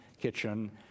kitchen